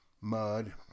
mud